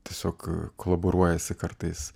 tiesiog kolaboruojasi kartais